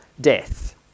death